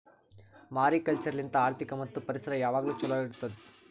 mariculture ಲಿಂತ್ ಆರ್ಥಿಕ ಮತ್ತ್ ಪರಿಸರ ಯಾವಾಗ್ಲೂ ಛಲೋ ಇಡತ್ತುದ್